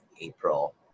April